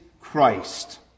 Christ